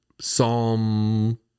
Psalm